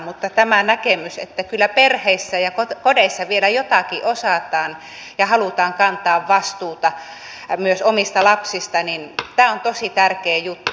mutta tämä näkemys että kyllä perheissä ja kodeissa vielä jotakin osataan ja halutaan kantaa vastuuta myös omista lapsista on tosi tärkeä juttu